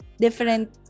different